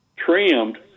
trimmed